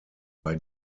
bei